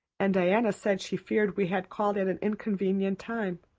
and diana said she feared we had called at an inconvenient time.